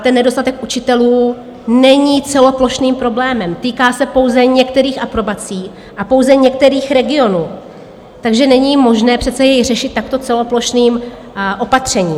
Ten nedostatek učitelů není celoplošným problémem, týká se pouze některých aprobací a pouze některých regionů, takže není možné přece jej řešit takto celoplošným opatřením.